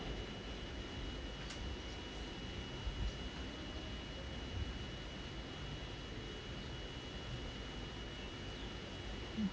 hmm